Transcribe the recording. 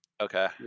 okay